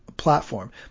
Platform